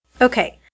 Okay